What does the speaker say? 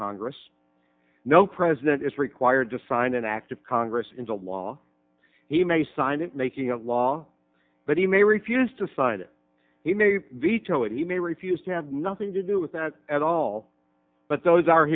congress no president is required to sign an act of congress into law he may sign it making a law but he may refuse to sign it he may veto it he may refuse to have nothing to do with that at all but those are